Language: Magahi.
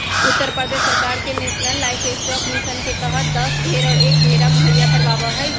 उत्तर प्रदेश सरकार नेशलन लाइफस्टॉक मिशन के तहद दस भेंड़ और एक भेंड़ा मुहैया करवावा हई